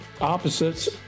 opposites